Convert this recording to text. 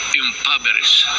impoverished